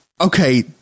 okay